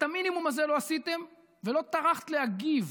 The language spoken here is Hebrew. את המינימום הזה לא עשיתם, ולא טרחת להגיב.